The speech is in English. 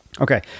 Okay